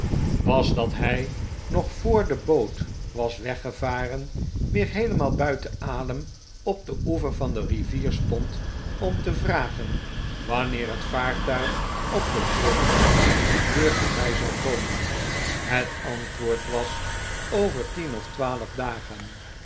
was dat hij nog voor de boot was weggevaren weer heelemaal buiten adem op den oever van de rivier stond om te vragen wanneer het vaartuig op de terugreis weer voorbij zou komen het antwoord was over tien of twaalf dagen